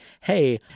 hey